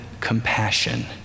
compassion